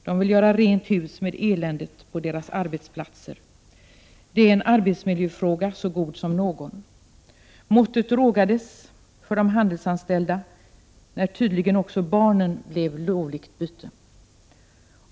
De vill göra rent hus med eländet på sina arbetsplatser. Det är en arbetsmiljöfråga så god som någon. Måttet rågades för de handelsanställda när tydligen också barnen blev lovligt byte.